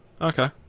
Okay